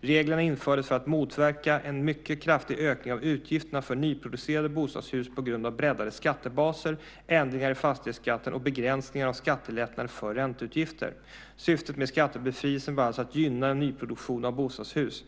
Reglerna infördes för att motverka en mycket kraftig ökning av utgifterna för nyproducerade bostadshus på grund av breddade skattebaser, ändringar i fastighetsskatten och begränsningar av skattelättnaden för ränteutgifter. Syftet med skattebefrielsen var alltså att gynna nyproduktion av bostadshus.